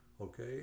okay